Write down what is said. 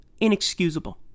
Inexcusable